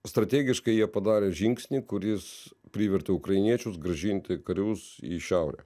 strategiškai jie padarė žingsnį kuris privertė ukrainiečius grąžinti karius į šiaurę